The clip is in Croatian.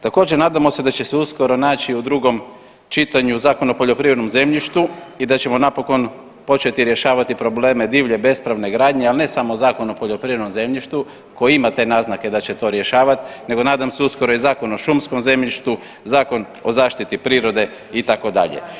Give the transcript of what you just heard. Također nadamo se da će se uskoro naći u drugom čitanju Zakon o poljoprivrednom zemljištu i da ćemo napokon početi rješavati probleme divlje bespravne gradnje, ali ne samo Zakon o poljoprivrednom zemljištu koji ima te naznake da će to rješavat nego nadam se uskoro i Zakon o šumskom zemljištu, Zakon o zaštiti prirode itd.